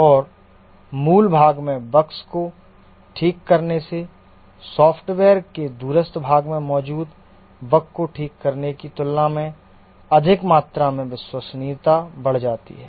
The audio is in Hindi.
और मूल भाग में बग्स को ठीक करने से सॉफ़्टवेयर के दूरस्थ भाग में मौजूद बग को ठीक करने की तुलना में अधिक मात्रा में विश्वसनीयता बढ़ जाती है